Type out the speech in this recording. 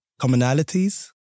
commonalities